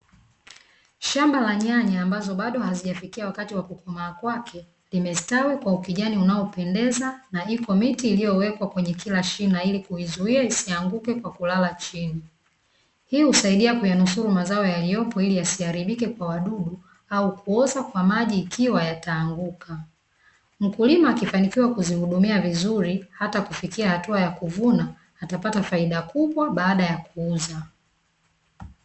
Shamba la nyanya ambazo hazijafikia wakati wa kukomaa kwake, zimestawi kwa ukijani unaopendeza na iko miti iliyowekwa kwenye kila shina ili kuizuia isianguke kwa kulala chini. Hii husaidia kuyanusuru mazao yaliyopo, ili yasiharibike kwa wadudu au kuoza kwa maji, ikiwa yataanguka. Mkulima akifanikiwa kuzihudumia vizuri hata kufikia hatua ya kuvuna atapata faida kubwa baada ya kuuza.